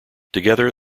together